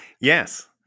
Yes